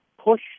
push